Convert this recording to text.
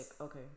okay